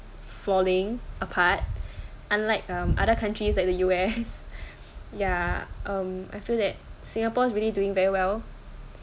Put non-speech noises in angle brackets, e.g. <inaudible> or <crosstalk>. falling apart unlike um other countries like the U_S <laughs> ya um I feel that singapore is really doing very well